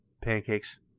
Pancakes